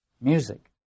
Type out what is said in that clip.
music